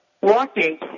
walking